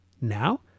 Now